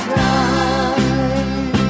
time